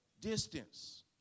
distance